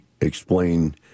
explain –